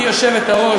גברתי היושבת-ראש,